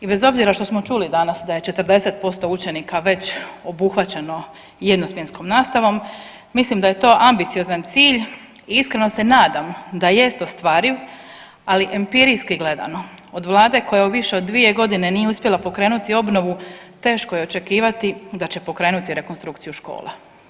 I bez obzira što smo čuli danas da je 40% učenika već obuhvaćeno jedno smjenskom nastavom mislim da je to ambiciozan cilj i iskreno se nadam da jest ostvariv, ali empirijske gledano od Vlade koja u više od dvije godine nije uspjela pokrenuti obnovu teško je očekivati da će pokrenuti rekonstrukciju škola.